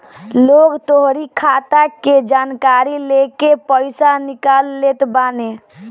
लोग तोहरी खाता के जानकारी लेके पईसा निकाल लेत बाने